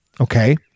Okay